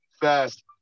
fast